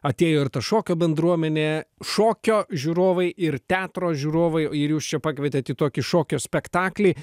atėjo ir ta šokio bendruomenė šokio žiūrovai ir teatro žiūrovai ir jūs čia pakvietė į tokį šokio spektaklį